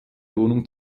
wohnung